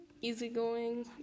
easygoing